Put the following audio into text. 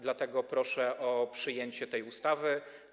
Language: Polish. Dlatego proszę o przyjęcie tej ustawy.